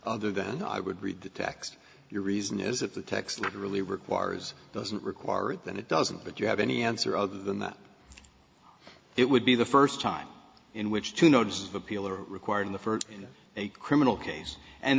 other than i would read the text your reason is that the text really requires doesn't require that it doesn't but you have any answer other than that it would be the first time in which two notice of appeal are required in the first a criminal case and